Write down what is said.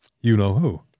you-know-who